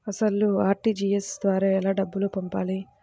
అసలు అర్.టీ.జీ.ఎస్ ద్వారా ఎలా డబ్బులు పంపాలి?